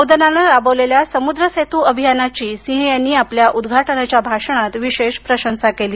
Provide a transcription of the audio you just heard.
नौदलानं राबवलेल्या समुद्र सेतू अभियानाची सिंह यांनी आपल्या उद्घाटनाच्या भाषणात विशेष प्रशंसा केली